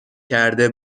کرده